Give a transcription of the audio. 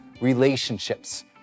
relationships